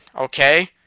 okay